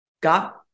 got